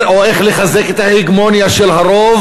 או איך לחזק את ההגמוניה של הרוב,